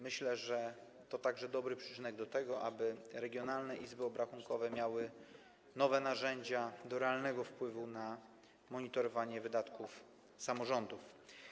Myślę, że to także dobry przyczynek do tego, aby regionalne izby obrachunkowe miały nowe narzędzia do realnego wpływu na monitorowanie wydatków samorządów.